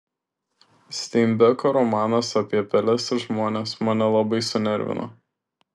steinbeko romanas apie peles ir žmones mane labai sunervino